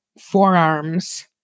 forearms